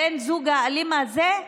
בן הזוג האלים הזה,